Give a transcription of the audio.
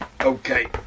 Okay